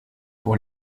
pour